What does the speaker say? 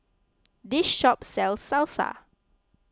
this shop sells Salsa